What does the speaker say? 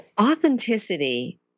Authenticity